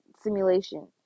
Simulation